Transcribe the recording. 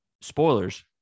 Spoilers